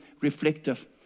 reflective